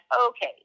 okay